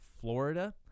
Florida